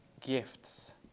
gifts